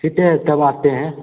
ठिक है तब आते हैं